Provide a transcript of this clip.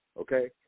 okay